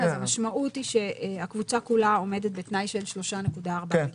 אז המשמעות שהקבוצה כולה עומדת בתנאי של 3.4 מיליארד.